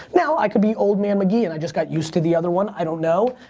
now, i could be old man mcgee, and i just got used to the other one. i don't know.